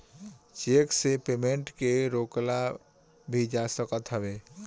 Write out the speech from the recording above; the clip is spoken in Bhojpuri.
चेक से पेमेंट के रोकल भी जा सकत हवे